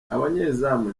abanyezamu